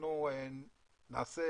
אנחנו נעשה